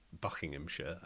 Buckinghamshire